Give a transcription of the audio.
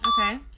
Okay